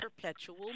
perpetual